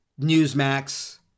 Newsmax